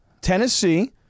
Tennessee